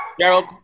Gerald